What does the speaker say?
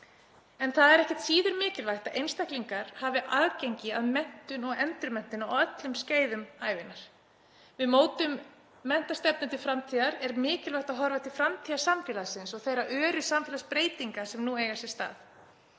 En það er ekkert síður mikilvægt að einstaklingar hafi aðgengi að menntun og endurmenntun á öllum skeiðum ævinnar. Við mótum menntastefnu til framtíðar er mikilvægt að horfa til framtíðarsamfélagsins og þeirra öru samfélagsbreytinga sem nú eiga sér stað.